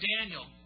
Daniel